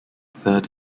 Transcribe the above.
third